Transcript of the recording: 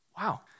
wow